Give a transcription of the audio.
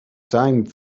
time